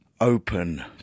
open